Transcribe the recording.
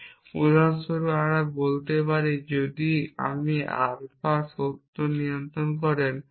সুতরাং উদাহরণস্বরূপ আমরা বলতে পারি যদি আপনি আলফা সত্য নিয়ন্ত্রণ করেন